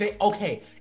Okay